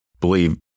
believe